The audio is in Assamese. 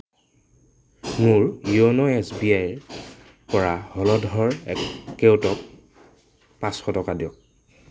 মোৰ য়োন' এছ বি আইৰ পৰা হলধৰ কেওটক পাঁচশ টকা দিয়ক